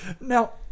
Now